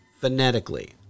phonetically